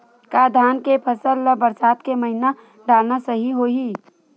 का धान के फसल ल बरसात के महिना डालना सही होही?